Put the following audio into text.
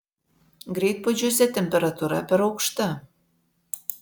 greitpuodžiuose temperatūra per aukšta